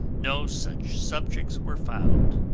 no such subjects were found.